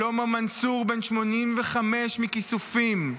שלמה מנצור, בן 85, מכיסופים,